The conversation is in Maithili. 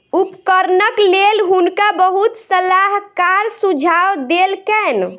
उपकरणक लेल हुनका बहुत सलाहकार सुझाव देलकैन